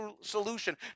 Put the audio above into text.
solution